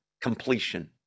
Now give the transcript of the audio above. completion